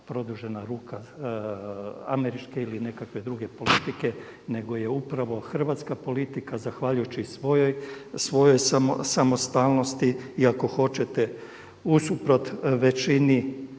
produžena ruka američke ili nekakve druge politike nego je upravo hrvatska politika zahvaljujući svojoj samostalnosti i ako hoćete usuprot većini